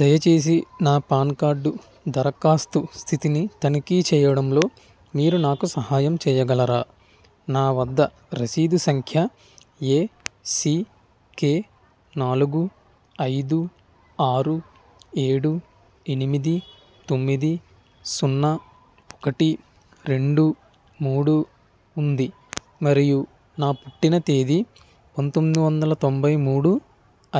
దయచేసి నా PAN card దరఖాస్తు స్థితిని తనిఖీ చెయ్యడంలో మీరు నాకు సహాయం చెయ్యగలరా నా వద్ద రసీదు సంఖ్య ఎసికె నాలుగు ఐదు ఆరు ఏడు ఎనిమిది తొమ్మిది సున్నా ఒకటి రెండు మూడు ఉంది మరియు నా పుట్టిన తేదీ పంతొమ్మిది వందల తొంభై మూడు